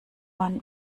man